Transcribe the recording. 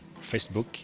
Facebook